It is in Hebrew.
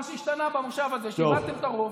מה שהשתנה במושב הזה הוא שאיבדתם את הרוב,